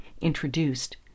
introduced